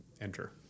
enter